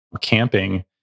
camping